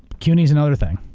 cuny's another thing.